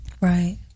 Right